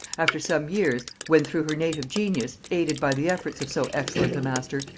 after some years, when through her native genius, aided by the efforts of so excellent a master,